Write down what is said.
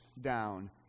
down